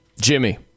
Jimmy